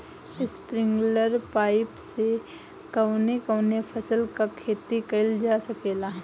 Sprinkler pipe से कवने कवने फसल क खेती कइल जा सकेला?